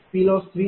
0050